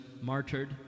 martyred